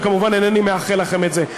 וכמובן אינני מאחל לכם את זה.